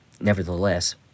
Nevertheless